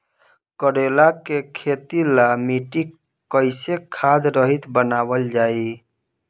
करेला के खेती ला मिट्टी कइसे खाद्य रहित बनावल जाई?